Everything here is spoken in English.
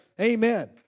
Amen